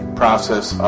process